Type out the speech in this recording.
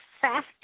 fast